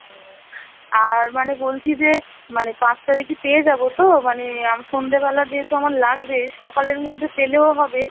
ও আর মানে বলছি যে মানে পাঁচ তারিখে পেয়ে যাবো তো মানে আ সন্ধেবেলা যেহেতু আমার লাগবে সকালের মধ্যে পেলেও হবে